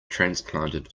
transplanted